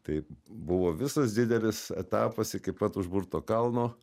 tai buvo visas didelis etapas iki pat užburto kalno